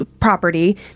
property